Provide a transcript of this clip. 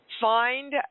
Find